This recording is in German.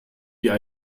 die